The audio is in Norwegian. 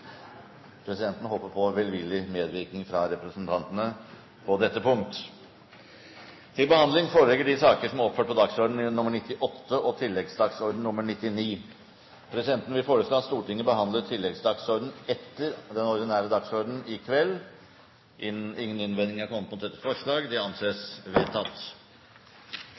Presidenten håper på velvillig medvirkning fra representantene på dette punkt. Presidenten vil foreslå at Stortinget behandler tilleggsdagsordenen etter den ordinære dagsordenen. – Ingen innvendinger er kommet mot dette forslaget. Det anses vedtatt.